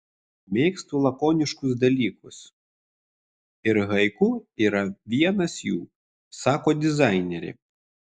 mėgstu lakoniškus dalykus ir haiku yra vienas jų sako dizainerė